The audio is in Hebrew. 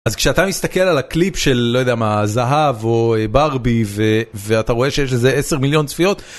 אז כשאתה מסתכל על הקליפ של לא יודע מה זהב או ברבי ואתה רואה שיש לזה 10 מיליון צפיות